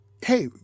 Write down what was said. hey